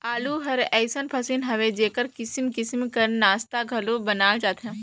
आलू हर अइसन फसिल हवे जेकर किसिम किसिम कर नास्ता घलो बनाल जाथे